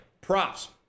Props